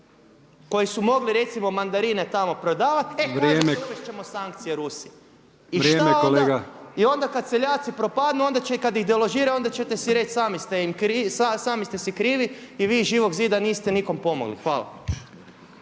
koji su mogli recimo mandarine tamo prodavati e kaže uvesti ćemo sankcije Rusiji. …/Upadica: Vrijeme kolega./… I šta onda? I onda kada seljaci propadnu, kada ih deložira onda ćete si reći, sami ste si krivi i vi iz Živog zida niste nikom pomogli. Hvala.